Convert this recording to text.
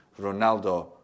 Ronaldo